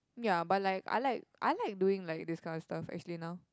ya but like I like I like doing like this kind of stuff actually now